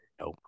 Nope